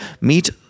meet